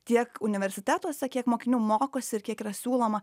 tiek universitetuose kiek mokinių mokosi ir kiek yra siūloma